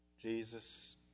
Jesus